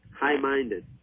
high-minded